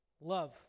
love